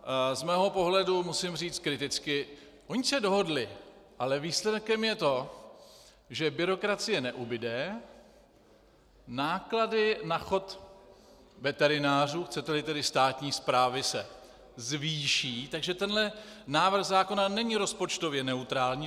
Z mého pohledu musím říct kriticky oni se dohodli, ale výsledkem je to, že byrokracie neubude, náklady na chod veterinářů, chceteli tedy státní správy, se zvýší, takže tenhle návrh zákona není rozpočtově neutrální.